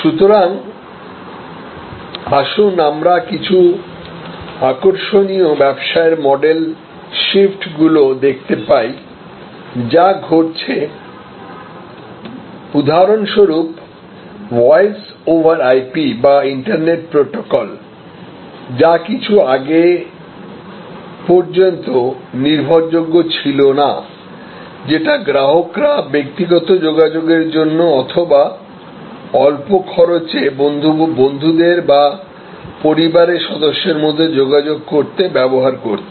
সুতরাং আসুন আমরা কিছু আকর্ষণীয় ব্যবসায়ের মডেল শিফটগুলি দেখতে পাই যা ঘটছে উদাহরণস্বরূপ ভয়েস ওভার আইপি বা ইন্টারনেট প্রোটোকল যা কিছু বছর আগে পর্যন্ত নির্ভরযোগ্য ছিল না যেটা গ্রাহকরা ব্যক্তিগত যোগাযোগের জন্য অথবা অল্প খরচে বন্ধুদের বা পরিবারের সদস্যদের মধ্যে যোগাযোগ করতে ব্যবহার করত